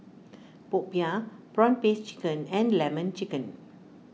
Popiah Prawn Paste Chicken and Lemon Chicken